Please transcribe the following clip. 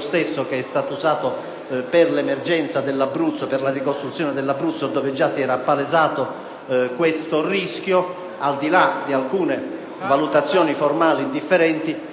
stesso modello usato per l'emergenza della ricostruzione dell'Abruzzo, dove già si era palesato questo rischio. Ad ogni modo, al di là di alcune valutazioni formali differenti,